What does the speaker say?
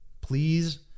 please